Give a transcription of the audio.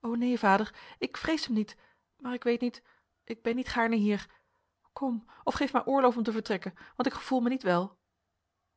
o neen vader ik vrees hem niet maar ik weet niet ik ben niet gaarne hier kom of geef mij oorlof om te vertrekken want ik gevoel mij niet wel